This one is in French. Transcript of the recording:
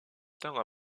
temps